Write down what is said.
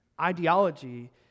Ideology